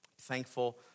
thankful